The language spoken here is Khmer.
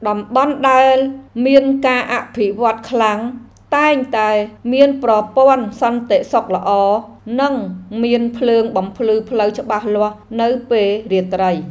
តំបន់ដែលមានការអភិវឌ្ឍខ្លាំង តែងតែមានប្រព័ន្ធសន្តិសុខល្អ និងមានភ្លើងបំភ្លឺផ្លូវច្បាស់លាស់នៅពេលរាត្រី។